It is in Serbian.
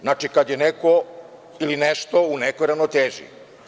Znači, kada je neko ili nešto u nekoj ravnoteži.